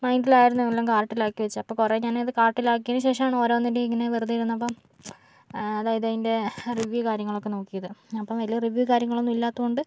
മൈന്റിലായിരുന്നു എല്ലാം കാർട്ടിലാക്കി വച്ചത് അപ്പോൾ കുറേ ഞാൻ ഇത് കാർട്ടിലാക്കിയതിന് ശേഷമാണ് ഓരോന്നിന്റേയും ഇങ്ങനെ വെറുതെ ഇരുന്നപ്പോൾ അതായത് അതിൻ്റെ റിവ്യൂ കാര്യങ്ങളൊക്കെ നോക്കിയത് അപ്പോൾ വലിയ റിവ്യൂ കാര്യങ്ങളൊന്നും ഇല്ലാത്തതുകൊണ്ട്